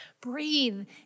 breathe